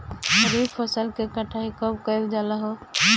खरिफ फासल के कटाई कब कइल जाला हो?